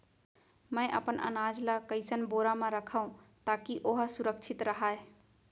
मैं अपन अनाज ला कइसन बोरा म रखव ताकी ओहा सुरक्षित राहय?